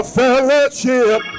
fellowship